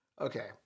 Okay